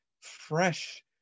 fresh